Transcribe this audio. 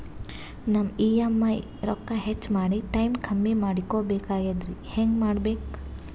ನಮ್ಮ ಇ.ಎಂ.ಐ ರೊಕ್ಕ ಹೆಚ್ಚ ಮಾಡಿ ಟೈಮ್ ಕಮ್ಮಿ ಮಾಡಿಕೊ ಬೆಕಾಗ್ಯದ್ರಿ ಹೆಂಗ ಮಾಡಬೇಕು?